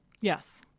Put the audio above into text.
Yes